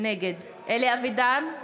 נגד אלי אבידר,